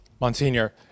Monsignor